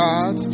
God